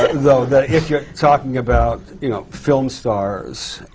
though, that if you're talking about, you know, film stars,